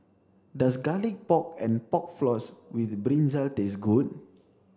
does garlic pork and pork floss with brinjal taste good